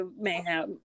Mayhem